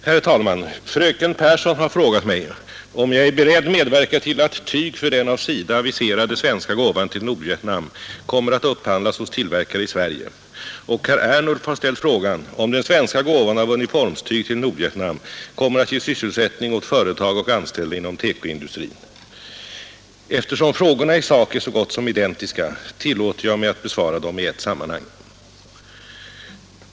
Herr talman! Fröken Pehrsson har frågat mig om jag är beredd medverka till att tyg för den av SIDA aviserade svenska gåvan till Nordvietnam kommer att upphandlas hos tillverkare i Sverige, och herr Ernulf har ställt frågan om den svenska gåvan av uniformstyg till Nordvietnam kommer att ge sysselsättning åt företag och anställda inom TEKO-industrin i Sverige. Eftersom frågorna är så gott som identiska tillåter jag mig att besvara dem i ett sammanhang.